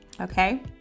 okay